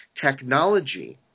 technology –